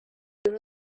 there